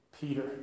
Peter